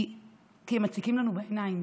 כי הם מציקים לנו בעיניים,